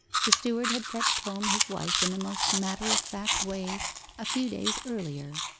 the steward had fetched home his wife in the most matter-of-fact way a few days earlier,